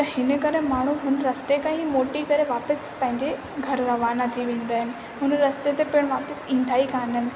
त हिन करे माण्हूं उन रस्ते ते खां ई मोटी करे वापसि पंहिंजे घरु रवाना थी वेंदा आहिनि हुन रस्ते ते पिणि वापसि ईंदा ई कान आहिनि